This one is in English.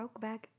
Brokeback